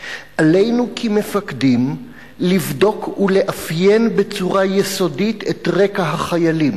"עלינו כמפקדים לבדוק ולאפיין בצורה יסודית את רקע החיילים.